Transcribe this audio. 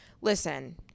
listen